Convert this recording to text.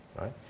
Right